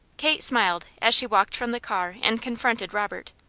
kate smiled as she walked from the car and confronted robert.